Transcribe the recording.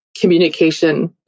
communication